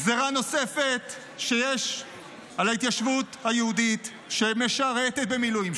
גזרה נוספת שיש על ההתיישבות היהודית שמשרתת במילואים,